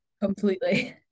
Completely